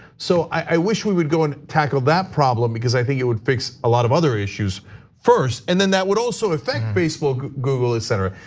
so i wish we would go and tackle that problem because i think it would fix a lot of other issues first. and then that would also affect facebook, google, etc.